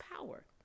power